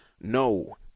No